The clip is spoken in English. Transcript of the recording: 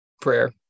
prayer